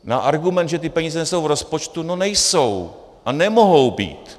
Na argument, že ty peníze nejsou v rozpočtu, no nejsou a nemohou být.